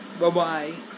Bye-bye